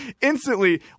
instantly